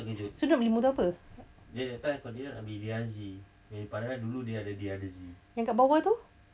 so dia nak beli motor apa yang kat bawah tu